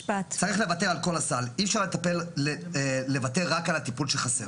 אפשר לוותר רק על הטיפול שחסר.